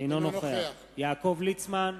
אינו נוכח יעקב ליצמן,